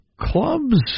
clubs